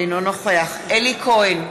אינו נוכח אלי כהן,